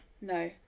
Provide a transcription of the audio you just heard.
No